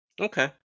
Okay